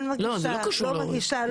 זה לא קשור לאורית סטרוק.